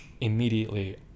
immediately